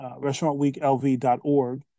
restaurantweeklv.org